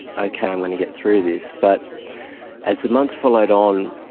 okay, i'm going to get through this. but as the months followed on,